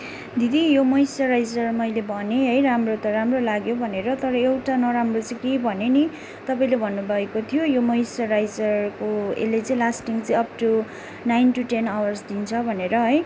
दिदी यो मोस्चराइजर मैले भने है राम्रो त राम्रो लाग्यो भनेर तर एउटा नराम्रो चाहिँ के भने नि तपाईँले भन्नुभएको थियो यो मोस्चराइजरको यसले चाहिँ लास्टिङ चाहिँ up to nine to ten hours दिन्छ भनेर है